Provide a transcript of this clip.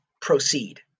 proceed